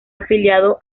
afiliado